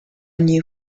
new